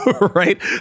Right